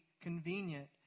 convenient